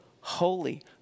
holy